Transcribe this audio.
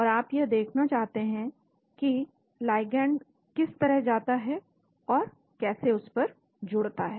और आप यह देखना चाहते हैं कि लाइगैंड किस तरह से जाता है और कैसे उस पर जुड़ता है